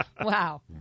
Wow